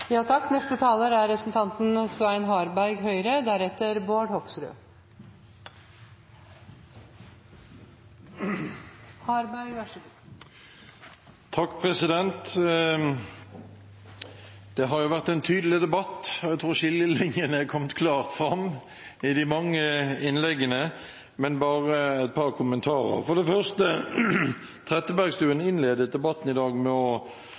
Det har vært en tydelig debatt – jeg tror skillelinjene er kommet klart fram i de mange innleggene. Bare et par kommentarer: For det første: Trettebergstuen innledet debatten i dag med